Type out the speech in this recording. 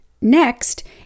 Next